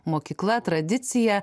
mokykla tradicija